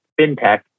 fintech